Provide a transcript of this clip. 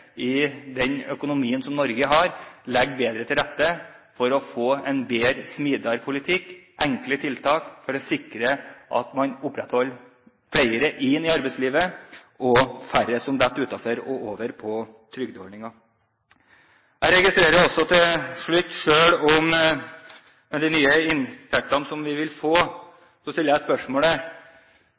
legger bedre til rette for å få en bedre og smidigere politikk, enkle tiltak, for å sikre at man opprettholder flere i arbeidslivet, og at færre faller utenfor og over på trygdeordninger. Til slutt: Med de nye inntektene som vi vil få, stiller jeg spørsmålet: